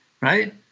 right